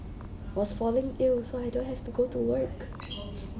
was falling ill so I don't have to go to work